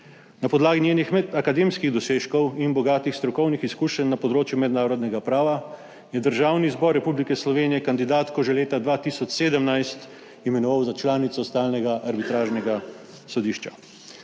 Na podlagi njenih akademskih dosežkov in bogatih strokovnih izkušenj na področju mednarodnega prava je Državni zbor Republike Slovenije kandidatko že leta 2017 imenoval za članico Stalnega arbitražnega sodišča.